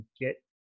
get